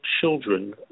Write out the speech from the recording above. children